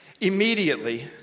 Immediately